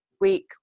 week